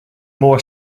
moor